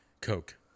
Coke